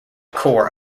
core